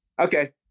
okay